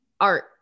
art